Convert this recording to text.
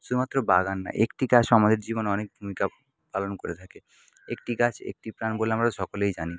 শুধুমাত্র বাগান না একটি গাছও আমাদের জীবনে অনেক ভূমিকা পালন করে থাকে একটি গাছ একটি প্রাণ বলে আমরা সকলেই জানি